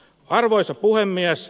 arvoisa puhemies